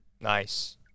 nice